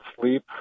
sleep